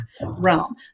realm